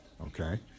okay